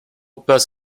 bus